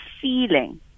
feeling